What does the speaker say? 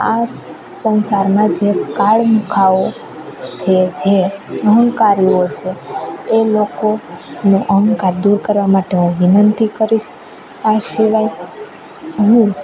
આ સંસારમાં જે કાળમુખાઓ છે જે અહંકારીઓ છે એ લોકોનો અહંકાર દૂર કરવા માટે હું વિનંતી કરીશ આ સિવાય હું